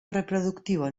reproductivo